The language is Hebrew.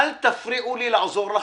אל תפריעו לי לעזור לכם.